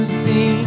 see